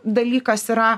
dalykas yra